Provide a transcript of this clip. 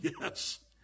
yes